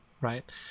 Right